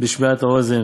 בשמיעת האוזן,